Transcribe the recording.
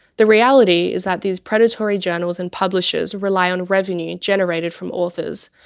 the reality is that these predatory journals and publishers rely on revenue generated from authors.